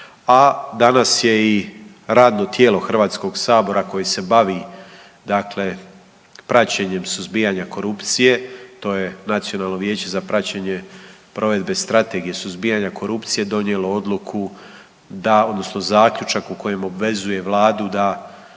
a danas je i radno tijelo HS-a koje se bavi praćenjem suzbijanja korupcije, to je Nacionalno vijeće za praćenje provedbe Strategije suzbijanja korupcije donijelo odluku odnosno zaključak u kojem obvezuje Vladu da